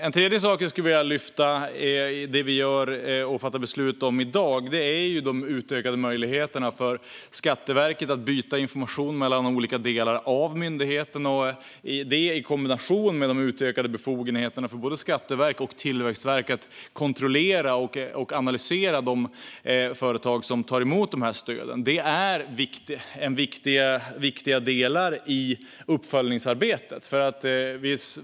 En tredje sak jag vill lyfta fram bland de beslut vi ska fatta i dag är de utökade möjligheterna för Skatteverket att utbyta information mellan olika delar av myndigheten i kombination med utökade befogenheter för skatteverk och tillväxtverk att kontrollera och analysera de företag som tar emot stöden. Det är viktiga delar i uppföljningsarbetet.